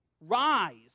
Rise